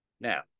Now